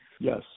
Yes